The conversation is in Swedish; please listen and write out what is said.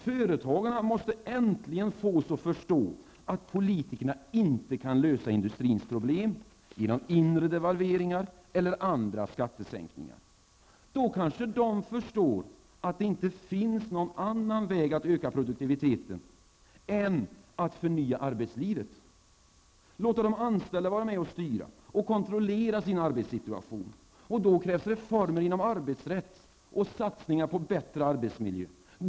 Företagarna måste äntligen fås att förstå att politikerna inte kan lösa industrins problem genom inre devalveringar eller andra skattesänkningar. Då kanske de förstår att det inte finns någon annan väg att öka produktiviteten än att förnya arbetslivet och att låta de anställda vara med och styra och kontrollera sin arbetssituation. Då krävs reformer inom arbetsrätten och satsningar på bättre arbetsmiljö.